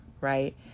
right